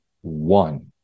one